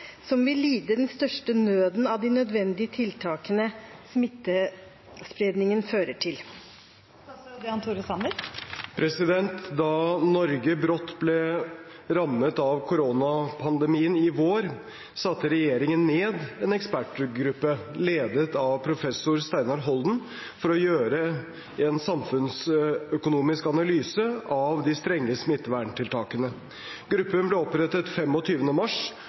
som vil lide den største nøden av de nødvendige tiltakene smittespredningen fører til?»» Da Norge brått ble rammet av koronapandemien i vår, satte regjeringen ned en ekspertgruppe ledet av professor Steinar Holden for å gjøre en samfunnsøkonomisk analyse av de strenge smitteverntiltakene. Gruppen ble opprettet den 25. mars